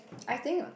I think